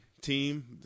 team